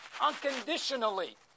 unconditionally